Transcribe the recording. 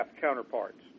counterparts